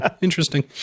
Interesting